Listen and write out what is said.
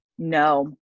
No